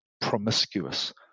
promiscuous